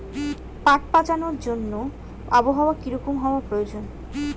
পাট পচানোর জন্য আবহাওয়া কী রকম হওয়ার প্রয়োজন?